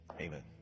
Amen